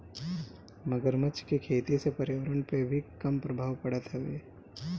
मगरमच्छ के खेती से पर्यावरण पअ भी कम प्रभाव पड़त हवे